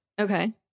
Okay